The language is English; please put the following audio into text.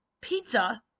pizza